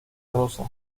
rosa